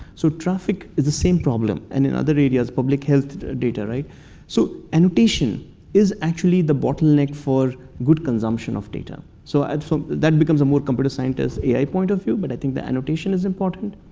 so traffic is the same problem. and in other areas, public health data so annotation is actually the bottleneck for good consumption of data. so and so that becomes a more computer scientist ai point of view. but i think the annotation is important.